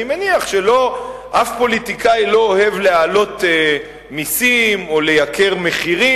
אני מניח שאף פוליטיקאי לא אוהב להעלות מסים או מחירים.